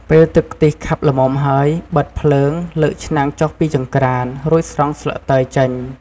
ពេលទឹកខ្ទិះខាប់ល្មមហើយ បិទភ្លើង លើកឆ្នាំងចុះពីចង្ក្រាន រួចស្រង់ស្លឹកតើយចេញ។